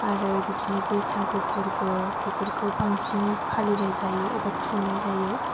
आरो बिदिनो बैसागु फोरबो बेफोरखौ बांसिन फालिनाय जायो एबा खुंनाय जायो